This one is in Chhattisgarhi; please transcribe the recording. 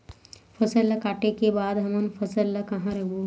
फसल ला काटे के बाद हमन फसल ल कहां रखबो?